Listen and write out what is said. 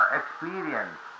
experience